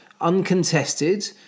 uncontested